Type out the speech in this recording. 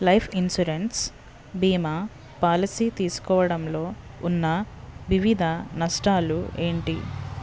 life insurance భీమా policy తీసుకోవడంలో ఉన్న వివిధ నష్టాలు ఏంటి